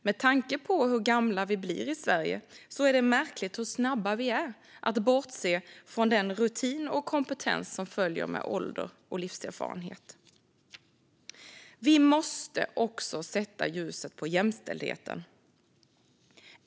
Med tanke på hur gamla vi blir i Sverige är det märkligt hur snabba vi är att bortse från den rutin och kompetens som följer med ålder och livserfarenhet. Vi måste också sätta ljuset på jämställdheten.